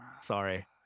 sorry